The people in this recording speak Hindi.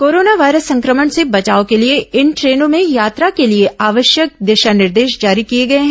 कोरोना वायरस संक्रमण से बचाव के लिए इन ट्रेनों में यात्रा के लिए आवश्यक दिशा निर्देश जारी किए गए हैं